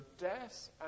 death